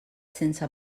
sense